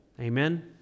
Amen